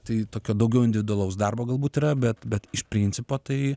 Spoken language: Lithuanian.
tai tokio daugiau individualaus darbo galbūt yra bet bet iš principo tai